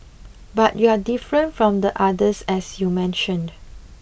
but you're different from the others as you mentioned